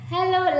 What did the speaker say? Hello